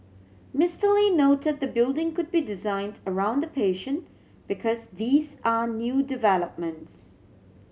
Mister Lee note the building could be designed around the patient because these are new developments